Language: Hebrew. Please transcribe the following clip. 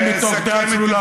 תתבייש לך.